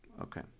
Okay